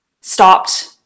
stopped